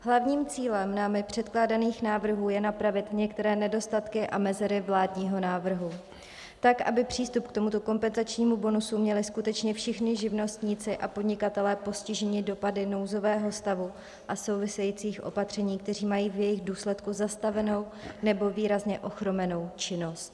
Hlavním cílem námi předkládaných návrhů je napravit některé nedostatky a mezery vládního návrhu tak, aby přístup k tomuto kompenzačnímu bonusu měli skutečně všichni živnostníci a podnikatelé postižení dopady nouzového stavu a souvisejících opatření, kteří mají v jejich důsledku zastavenou nebo výrazně ochromenou činnost.